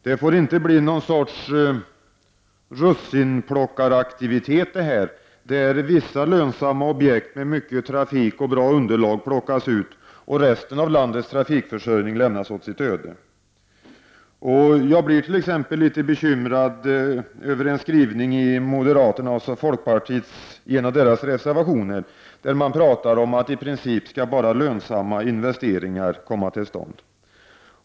Det får inte bli någon sorts ”russinplockaraktivitet” där vissa lönsamma objekt med mycket trafik och bra underlag plockas ut och resten av landets trafikförsörjning lämnas åt sitt öde. Jag blir t.ex. litet bekymrad över en skrivning i en av moderaternas och folkpartiets reservationer, där man talar om att i princip skall bara lönsamma investeringar komma till stånd.